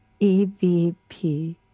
evp